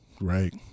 right